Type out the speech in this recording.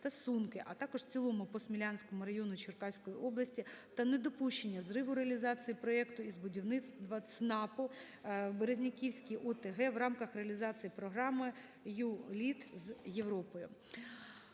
та Сунки, а також в цілому по Смілянському району Черкаської області та недопущення зриву реалізації проекту із будівництва ЦНАПу в Березняківській ОТГ в рамках реалізації програми "U-LEAD з Європою".